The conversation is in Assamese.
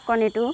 কণীটো